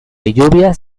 lluvias